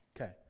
Okay